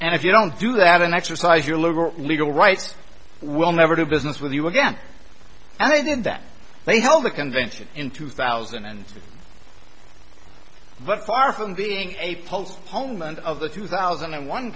and if you don't do that and exercise your liberal legal rights we'll never do business with you again and i did that they held the convention in two thousand and two but far from being a postponement of the two thousand and one